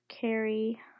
carry